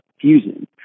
fusing